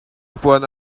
puan